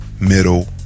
middle